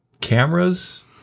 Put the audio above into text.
cameras